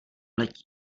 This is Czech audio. letí